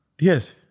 Yes